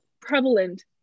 prevalent